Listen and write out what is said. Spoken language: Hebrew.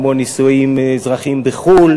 כמו נישואים אזרחיים בחו"ל